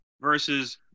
versus